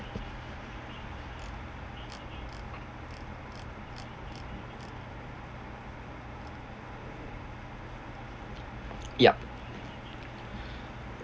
yup